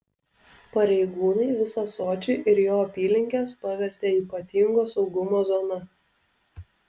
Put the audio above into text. pareigūnai visą sočį ir jo apylinkes pavertė ypatingo saugumo zona